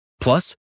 Plus